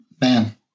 man